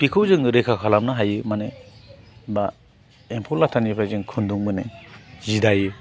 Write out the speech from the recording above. बेखौ जोङो रैखा खालामनो हायो माने बा एम्फौ लाथानिफ्राय जों खुन्दुं मोनो जि दायो